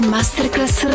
Masterclass